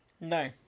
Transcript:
No